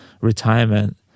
retirement